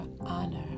honor